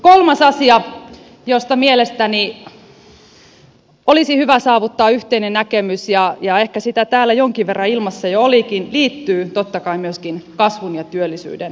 kolmas asia josta mielestäni olisi hyvä saavuttaa yhteinen näkemys ja ehkä sitä täällä jonkin verran ilmassa jo olikin liittyy totta kai myöskin kasvun ja työllisyyden tukemiseen